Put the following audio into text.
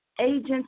agents